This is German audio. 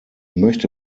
möchte